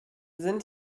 sind